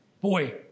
Boy